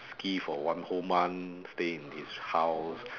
ski for one whole month stay in his house